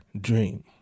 dream